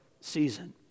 season